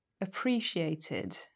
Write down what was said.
appreciated